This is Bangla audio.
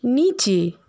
নিচে